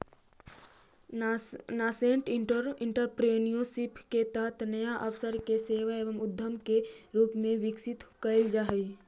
nascent entrepreneurship के तहत नया अवसर के सेवा एवं उद्यम के रूप में विकसित कैल जा हई